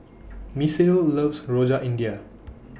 Misael loves Rojak India